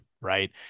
right